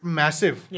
massive